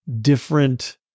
different